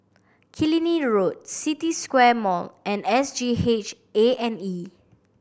Killiney Road City Square Mall and S G H A and E